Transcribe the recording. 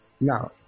Now